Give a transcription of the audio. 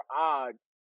odds